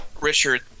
richard